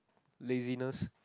laziness